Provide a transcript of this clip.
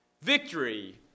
Victory